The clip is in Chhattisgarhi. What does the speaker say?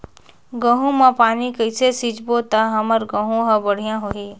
गहूं म पानी कइसे सिंचबो ता हमर गहूं हर बढ़िया होही?